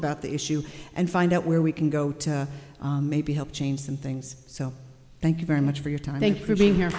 about the issue and find out where we can go to maybe help change some things so thank you very much for your time thanks for being here